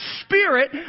spirit